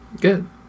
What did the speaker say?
Good